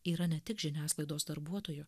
yra ne tik žiniasklaidos darbuotojų